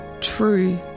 true